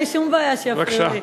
אין לי שום בעיה שיפריעו לי,